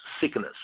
sickness